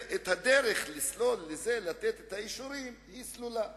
בגן-שמואל הדרך למתן האישורים סלולה וקיימת.